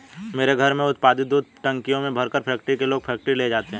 मेरे घर में उत्पादित दूध टंकियों में भरकर फैक्ट्री के लोग फैक्ट्री ले जाते हैं